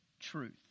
Truth